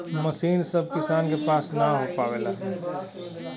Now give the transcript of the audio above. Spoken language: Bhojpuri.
मसीन सभ किसान के पास नही हो पावेला